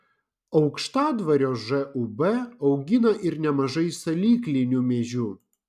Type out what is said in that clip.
aukštadvario žūb augina ir nemažai salyklinių miežių